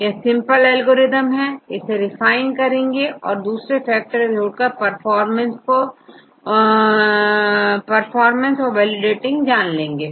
यह simple algorithm है इसे रिफाइन करेंगे इसमें दूसरे फैक्टर जोड़करपरफॉर्मेंस और वैलिडेटिंग को निकालते हैं